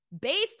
based